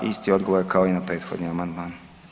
Isti odgovor kao i na prethodi amandman.